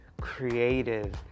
creative